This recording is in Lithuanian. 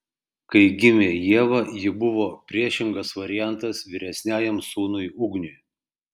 kai gimė ieva ji buvo priešingas variantas vyresniajam sūnui ugniui